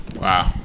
Wow